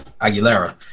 Aguilera